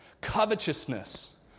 Covetousness